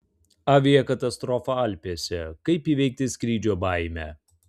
aviakatastrofa alpėse kaip įveikti skrydžio baimę